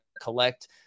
collect